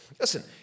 listen